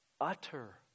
Utter